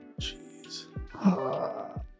Jeez